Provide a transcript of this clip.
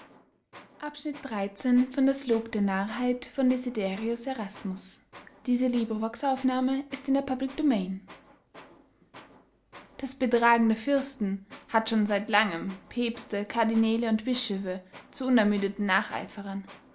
das betragen der fürsten hat schon seit langem päbste cardinäle und bischöffe zu unermüdeten nacheiferern